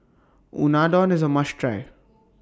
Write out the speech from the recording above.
Unadon IS A must Try